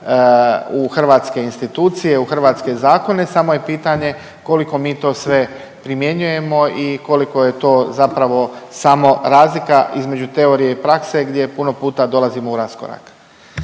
u hrvatske institucije, u hrvatske zakone samo je pitanje koliko mi to sve primjenjujemo i koliko je to samo razlika između teorije i prakse gdje puno puta dolazimo u raskorak.